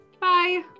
Bye